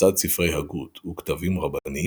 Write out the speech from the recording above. לצד ספרי הגות וכתבים רבניים,